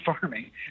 farming